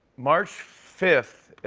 march fifth,